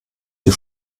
die